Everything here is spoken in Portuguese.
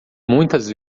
muitas